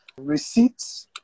receipts